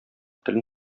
телен